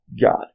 God